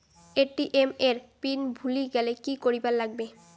ATM এর PIN ভুলি গেলে কি করিবার লাগবে?